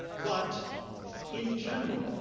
but in general,